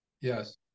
Yes